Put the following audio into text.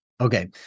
Okay